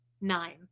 Nine